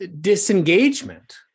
disengagement